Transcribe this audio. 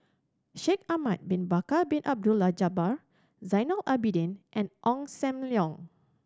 Shaikh Ahmad Bin Bakar Bin Abdullah Jabbar Zainal Abidin and Ong Sam Leong